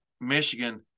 Michigan